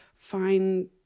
find